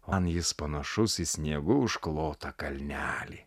man jis panašus į sniegu užklotą kalnelį